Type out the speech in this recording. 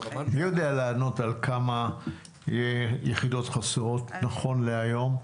מי יודע לענות על כמה יחידות חסרות, נכון להיום?